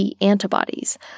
antibodies